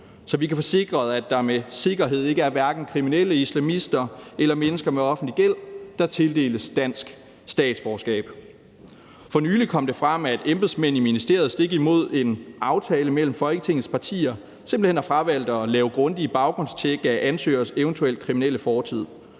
så vi kan få sikret, at der med sikkerhed ikke er hverken kriminelle, islamister eller mennesker med offentlig gæld, der tildeles dansk statsborgerskab. For nylig kom det frem, at embedsmænd i ministeriet stik imod en aftale mellem Folketingets partier simpelt hen har fravalgt at lave grundige baggrundstjek af ansøgeres eventuelle kriminelle fortid.